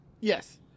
Yes